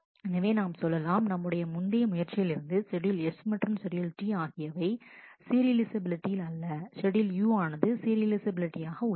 எனவே நாம் சொல்லலாம் நம்முடைய முந்தைய முயற்சியிலிருந்து ஷெட்யூல் S மற்றும் ஷெட்யூல் T ஆகியவை சீரியலைஃசபிலிட்டியில் அல்ல ஷெட்யூல்U ஆனது சீரியலைஃசபிலிட்டி ஆக உள்ளது